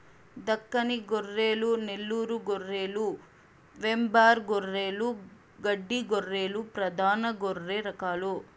దక్కని గొర్రెలు, నెల్లూరు గొర్రెలు, వెంబార్ గొర్రెలు, గడ్డి గొర్రెలు ప్రధాన గొర్రె రకాలు